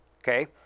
okay